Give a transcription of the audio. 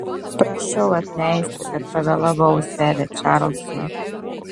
prašau atleisti kad pavėlavau sere čarlzai